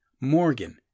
Morgan